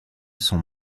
sont